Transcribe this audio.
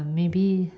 maybe